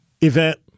event